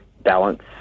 balance